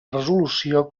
resolució